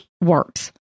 works